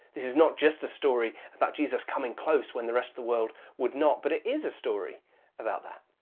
this is not just a story about jesus coming close when the rest of the world would not, but it is a story about that.